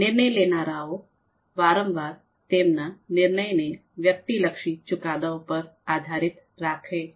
નિર્ણય લેનારાઓ વારંવાર તેમના નિર્ણયને વ્યક્તિલક્ષી ચુકાદા પર આધારીત રાખે છે